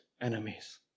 enemies